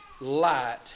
light